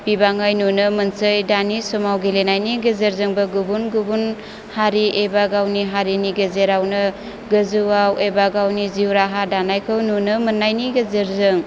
बिबाङै नुनो मोनसै दानि समाव गेलेनायनि गेजेरजोंबो गुबुन गुबुन हारि एबा गावनि हारिनि गेजेरावनो गोजौआव एबा गावनि जिउ राहा दानायखौ नुनो मोननायनि गेजेरजों